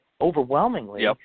overwhelmingly